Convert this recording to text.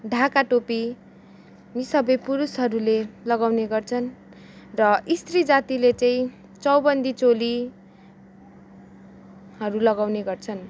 ढाका टोपी यी सबै पुरुषहरू ले लगाउने गर्छन् र स्त्री जातीले चाहिँ चौबन्दी चोलीहरू लगाउने गर्छन्